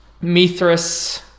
mithras